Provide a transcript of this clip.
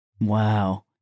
Wow